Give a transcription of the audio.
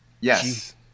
Yes